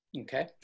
Okay